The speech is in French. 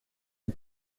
une